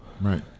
Right